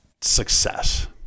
success